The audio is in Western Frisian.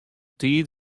tiid